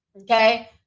Okay